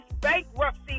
bankruptcy